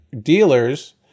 dealers